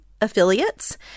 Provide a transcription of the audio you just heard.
affiliates